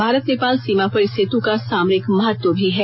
भारत नेपाल सीमा पर इस सेतु का सामरिक महत्व भी है